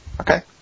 Okay